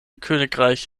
königreich